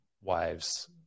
wives